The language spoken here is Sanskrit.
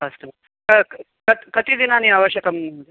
अस्तु कति कति दिनानि आवश्यकं